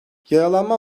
yaralanma